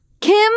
Kim